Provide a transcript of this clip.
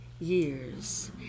years